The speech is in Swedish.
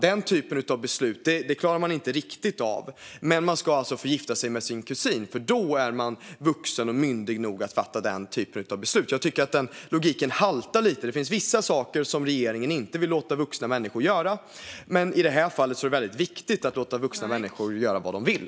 Den typen av beslut klarar människor inte riktigt av. Däremot ska man få gifta sig med sin kusin, för den typen av beslut är man vuxen och myndig nog att fatta. Jag tycker alltså att logiken haltar lite. Det finns vissa saker som regeringen inte vill låta vuxna människor göra, men i detta fall är det tydligen väldigt viktigt att låta vuxna människor göra vad de vill.